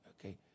okay